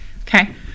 Okay